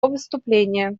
выступление